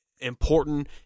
important